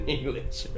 English